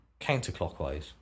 counterclockwise